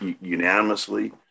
unanimously